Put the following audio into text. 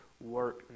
work